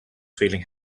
feeling